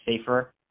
safer